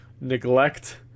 neglect